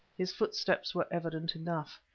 his footsteps were evident enough.